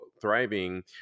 thriving